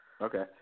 Okay